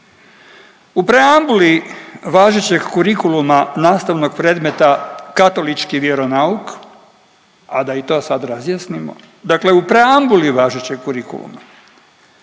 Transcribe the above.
U preambuli važećeg kurikuluma nastavnog predmeta „Katolički vjeronauk“, a da i to sad razjasnimo, dakle u preambuli važećeg kurikuluma,